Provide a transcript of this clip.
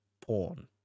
porn